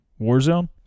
Warzone